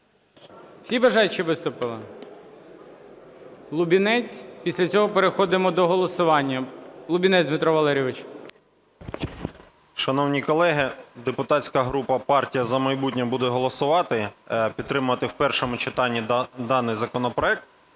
Всі бажаючі виступили? Лубінець. Після цього переходимо до голосування. Лубінець Дмитро Валерійович. 17:14:13 ЛУБІНЕЦЬ Д.В. Шановні колеги, депутатська група "Партія "За майбутнє" буде голосувати, підтримувати в першому читанні даний законопроект.